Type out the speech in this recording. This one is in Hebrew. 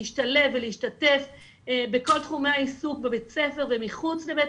לשלב ולהשתתף בכל תחומי העיסוק בבית הספר ומחוץ לבית